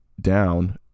down